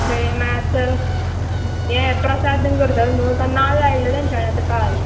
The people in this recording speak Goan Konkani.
थंय मागीर आतां ते हे प्रसाद बीन करतलो न्हू तो नाल्ल हाडलो तेंच्यानी आतां काल